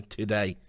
today